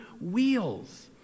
wheels